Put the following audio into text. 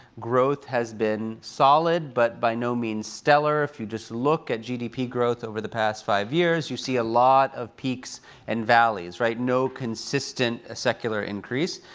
growth has been solid, but by no means stellar. if you just look at gdp growth over the past five years, you see a lot of peaks and valleys. no consistent ah secular increase.